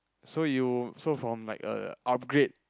so you so from like a upgrade